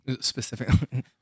specifically